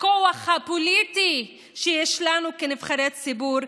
הכוח הפוליטי שיש לנו כנבחרי ציבור,